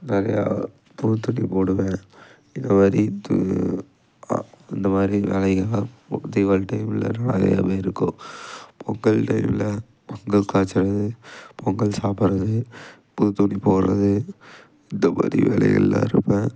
நிறையா புது துணி போடுவேன் இந்த மாதிரி இந்த மாதிரி வேலைகள்லாம் தீபாவளி டைமில் நிறையாவே இருக்கும் பொங்கல் டைமில் பொங்கல் காய்ச்சிறது பொங்கல் சாப்பிட்றது புது துணி போடுறது இந்த மாதிரி வேலைகளில் இருப்பேன்